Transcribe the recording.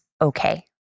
okay